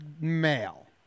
male